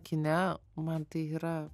kine man tai yra